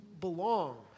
belong